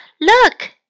Look